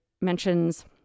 mentions